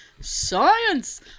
Science